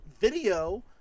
video